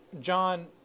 john